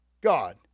God